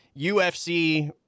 UFC